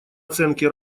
оценки